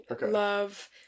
love